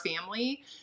family